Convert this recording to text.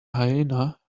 hyena